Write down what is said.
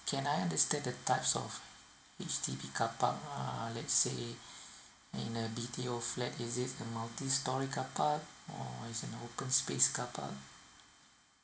can I understand the typess of H_D_B carpark uh let's say in a B_T_O flat is it a multistorey carpark or it's an open space carpark